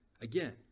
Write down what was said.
again